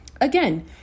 Again